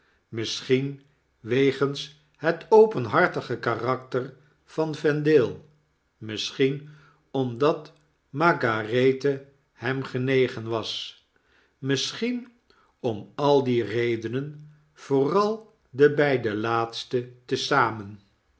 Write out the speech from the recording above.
misschien wegens het openhartige karakter van vendale misschien omdat margarethe hem genegen was misschien om al die redenen vooral de beide laatste te zamen